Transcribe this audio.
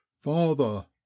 father